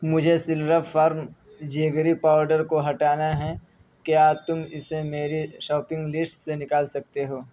مجھے Slurrp Farm اجیگری powder کو ہٹانا ہیں کیا تم اسے میری شاپنگ لیسٹ سے نکال سکتے ہو